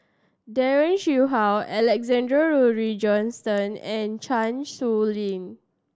Daren Shiau Alexander Laurie Johnston and Chan Sow Lin